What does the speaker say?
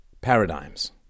paradigms